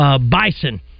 Bison